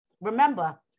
Remember